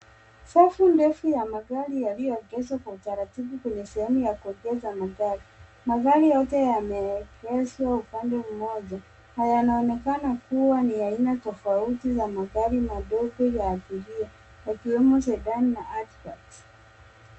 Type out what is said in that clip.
Safu ndefu ya magari yaliyoegezwa kwa utaratibu kwenye sehemu ya kuegeza magari. Magari yote yameegezwa upande mmoja na yanaonekana kuwa ni aina tofauti ya magari madogo ya abiria wakiwemo, cedan na hatchback.